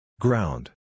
Ground